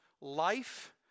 life